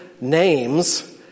names